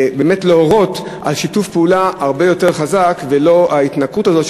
להורות על שיתוף פעולה הרבה יותר חזק ולא ההתנכרות הזאת,